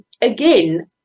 again